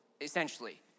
essentially